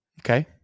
Okay